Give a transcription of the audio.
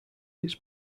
its